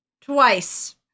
Twice